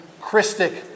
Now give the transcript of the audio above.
Christic